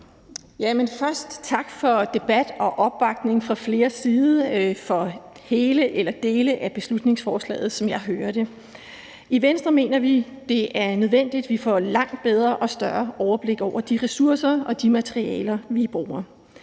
tak for debat og opbakning fra fleres side til hele eller dele af beslutningsforslaget, som jeg hører det. I Venstre mener vi, at det er nødvendigt, at vi får langt bedre og større overblik over de ressourcer og de materialer, vi bruger.